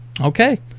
okay